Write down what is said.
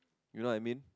you know I mean